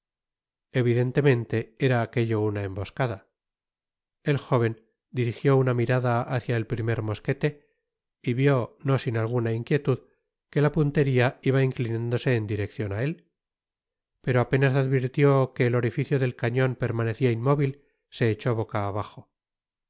evidentemente era aquello una emboscada el jóven dirigió una mirada hácia el primer mosquete y vió no sin alguna inquietud que la punteria iba inclinándose en direccion á él pero apenas advirtió que el orificio del cañon permanecia inmóvil se echó boca abajo en